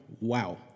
wow